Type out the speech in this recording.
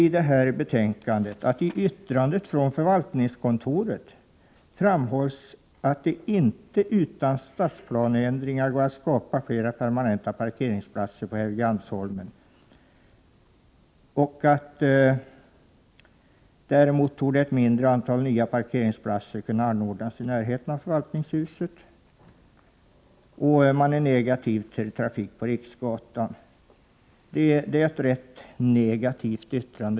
I betänkandet skrivs också: ”I yttrandet från förvaltningskontoret framhålls att det inte utan stadsplaneändringar går att skapa flera permanenta parkeringsplatser på Helgeandsholmen. Däremot torde ett mindre antal nya platser kunna ordnas i närheten av förvaltningshuset.” Dessutom är man negativ till trafik på Riksgatan.